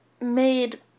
made